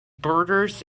borders